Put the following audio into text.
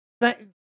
Thank